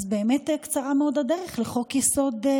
אז מאוד קצרה הדרך לחוק-יסוד: